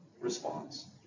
response